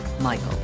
Michael